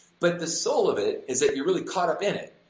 but the soul of it is that you really caught up in it.